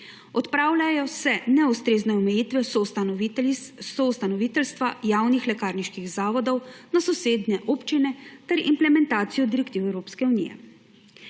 Odpravljajo se neustrezne omejitve soustanoviteljstva javnih lekarniških zavodov na sosednje občine ter implementacija direktiv Evropske unije.